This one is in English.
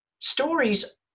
stories